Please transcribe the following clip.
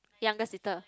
younger sister